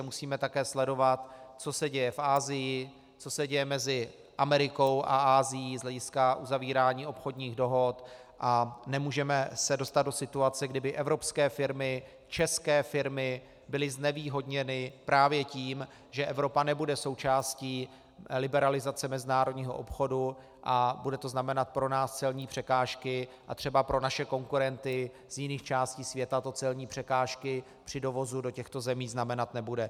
Musíme také sledovat, co se děje v Asii, co se děje mezi Amerikou a Asií z hlediska uzavírání obchodních dohod, a nemůžeme se dostat do situace, kdy by evropské firmy, české firmy byly znevýhodněny právě tím, že Evropa nebude součástí liberalizace mezinárodního obchodu a bude to znamenat pro nás celní překážky a třeba pro naše konkurenty z jiných částí světa to celní překážky při dovozu do těchto zemí znamenat nebude.